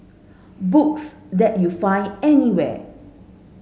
books that you find anywhere